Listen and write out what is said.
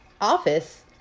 office